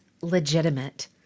legitimate